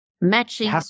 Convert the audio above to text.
matching